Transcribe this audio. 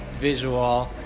visual